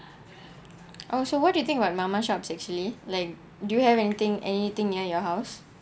oh so what do you think about mama shops actually like do you have anything anything near your house